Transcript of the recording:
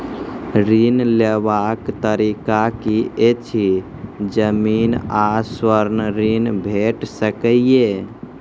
ऋण लेवाक तरीका की ऐछि? जमीन आ स्वर्ण ऋण भेट सकै ये?